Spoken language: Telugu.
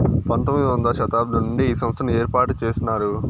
పంతొమ్మిది వ శతాబ్దం నుండే ఈ సంస్థను ఏర్పాటు చేసినారు